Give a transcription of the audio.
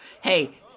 Hey